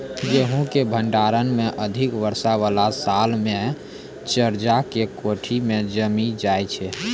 गेहूँ के भंडारण मे अधिक वर्षा वाला साल मे चदरा के कोठी मे जमीन जाय छैय?